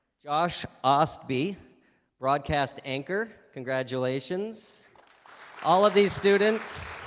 josh ostby broadcast anchor congratulations all of these students